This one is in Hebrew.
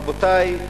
רבותי,